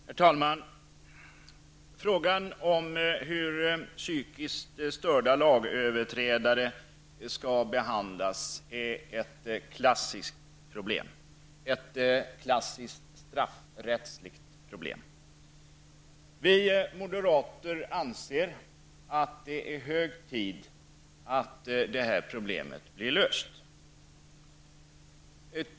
Herr talman! Frågan om hur psykiskt störda lagöverträdare skall behandlas är ett klassiskt straffrättsligt problem. Vi moderater anser att det är hög tid att problemet blir löst.